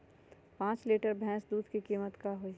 पाँच लीटर भेस दूध के कीमत का होई?